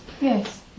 Yes